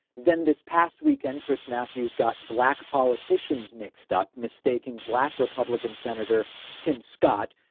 then this past weekend, chris matthews got black politicians mix up mistaking black republican senator tim scott,